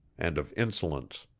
and of insolence.